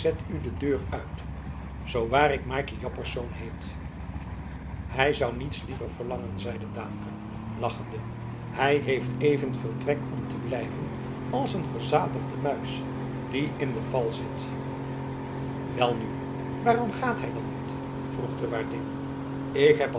u de deur uit zoowaar ik maaike jaspersz heet hij zou niets liever verlangen zeide daamke lachende hij heeft evenveel trek om te blijven als een verzadigde muis die in de val zit welnu waarom gaat hij dan niet vroeg de waardin ik heb